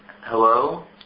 Hello